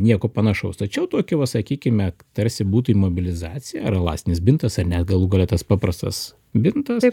nieko panašaus tačiau tokio va sakykime tarsi būtų imobilizacija ar elastinis bintas ar ne galų gale tas paprastas bintas